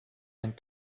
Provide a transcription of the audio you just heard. and